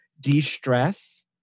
de-stress